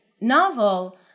novel